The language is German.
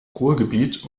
ruhrgebiet